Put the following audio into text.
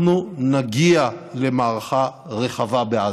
אנחנו נגיע למערכה רחבה בעזה,